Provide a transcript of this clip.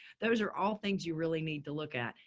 those are all things you really need to look at.